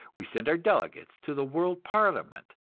we send our delegates to the world parliament,